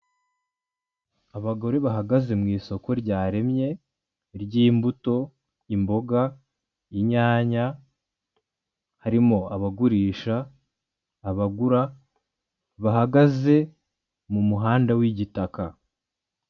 Abagore bahagaze mu isoko ryaremye ry'imbuto, imboga, inyanya harimo abagurisha, abagura bahagaze mu muhanda w'igitaka.